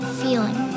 feeling